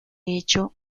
hecho